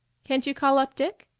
can't you call up dick?